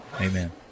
Amen